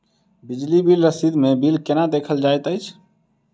बिजली बिल रसीद मे बिल केना देखल जाइत अछि?